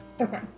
Okay